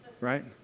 Right